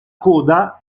coda